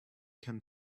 can